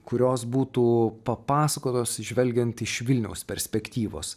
kurios būtų papasakotos žvelgiant iš vilniaus perspektyvos